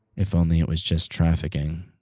if only it was just trafficking,